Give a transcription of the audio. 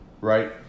Right